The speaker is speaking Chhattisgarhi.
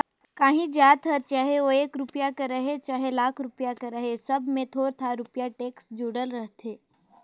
काहीं जाएत हर चहे ओ एक रूपिया कर रहें चहे लाख रूपिया कर रहे सब में थोर थार रूपिया टेक्स जुड़ल रहथे